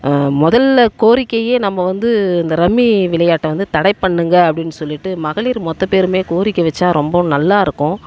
முதலில் கோரிக்கையே நம்ம வந்து இந்த ரம்மி விளையாட்டை வந்து தடை பண்ணுங்கள் அப்படின்னு சொல்லிவிட்டு மகளிர் மொத்த பேருமே கோரிக்க வெச்சா ரொம்ப நல்லா இருக்கும்